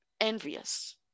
envious